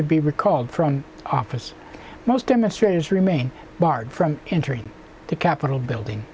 to be recalled from office most demonstrators remain barred from entering the capitol building